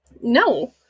no